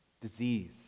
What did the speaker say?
disease